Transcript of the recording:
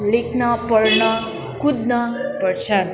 लेख्न पढ्न कुद्न पर्छ